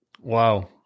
Wow